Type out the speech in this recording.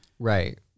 right